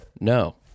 no